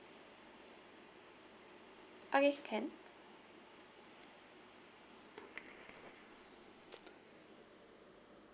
okay can